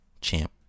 champ